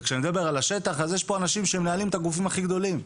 כשאני מדבר על השטח יש פה אנשים שמנהלים את הגופים הכי גדולים.